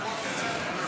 או רביעי,